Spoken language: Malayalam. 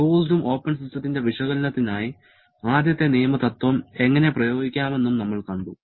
ക്ലോസ്ഡ് ഉം ഓപ്പണും സിസ്റ്റത്തിന്റെ വിശകലനത്തിനായി ആദ്യത്തെ നിയമ തത്വം എങ്ങനെ പ്രയോഗിക്കാമെന്നും നമ്മൾ കണ്ടു